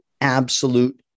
absolute